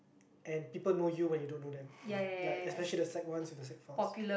and people know you when you don't know them like like especially the sec-one to the sec-four